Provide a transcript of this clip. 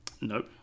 Nope